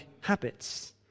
habits